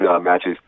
matches